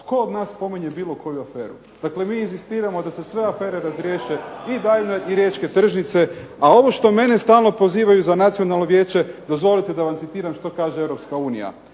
tko od nas spominje bilo koju aferu. Dakle mi inzistiramo da se sve afere razriješe i …/Ne razumije se./… i riječke tržnice, a ovo što mene stalno pozivaju za nacionalno vijeće, dozvolite da vam citiram što kaže EU.